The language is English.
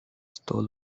stole